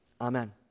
Amen